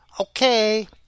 Okay